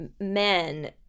men